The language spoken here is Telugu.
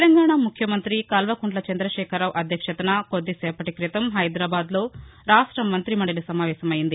తెలంగాణ ముఖ్యమంత్రి కల్వకుంట్ల చంద్రశేఖరరావు అధ్యక్షతన కొద్దిసేపట్లో హైదరాబాద్లో రాష్ట మంత్రి మండలి సమావేశమైంది